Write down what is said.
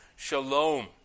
Shalom